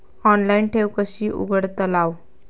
Online ठेव कशी उघडतलाव?